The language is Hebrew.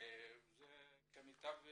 כמיטב ידיעתי,